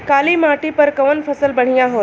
काली माटी पर कउन फसल बढ़िया होला?